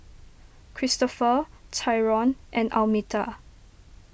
Cristofer Tyrone and Almeta